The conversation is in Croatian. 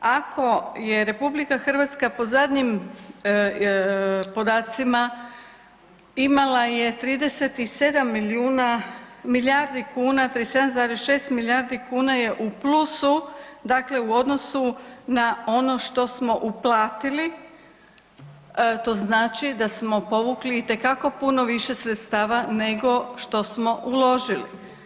Ako je RH po zadnjim podacima imala je 37 milijardi kuna, 37,6 milijardi kuna je u plusu, dakle u odnosu na ono što smo uplatili, to znači da smo povukli itekako puno više sredstava nego što smo uložili.